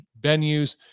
venues